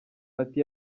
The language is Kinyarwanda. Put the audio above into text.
ati